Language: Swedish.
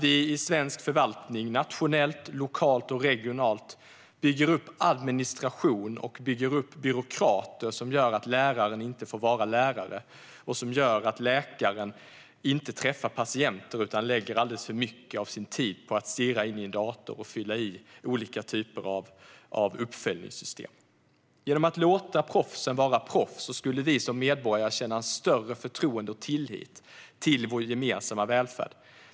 Inom svensk förvaltning - nationellt, lokalt och regionalt - bygger vi upp administration och byråkrater som gör att läraren inte får vara lärare och att läkaren inte träffar patienter utan lägger alldeles för mycket av sin tid på att stirra in i en dator och fylla i olika slags uppföljningssystem. Om man lät proffsen vara proffs skulle vi som medborgare känna större förtroende och tillit till vår gemensamma välfärd.